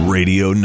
Radio